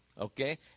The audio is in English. Okay